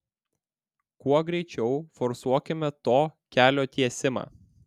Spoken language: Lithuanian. kuo greičiau forsuokime to kelio tiesimą